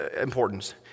importance